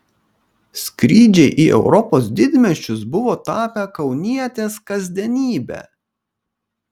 skrydžiai į europos didmiesčius buvo tapę kaunietės kasdienybe